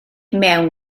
mewn